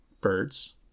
birds